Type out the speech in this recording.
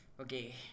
Okay